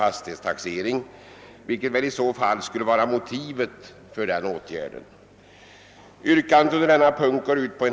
fastighetstaxering, vilket väl i så fall skulle vara motivet för åtgärden.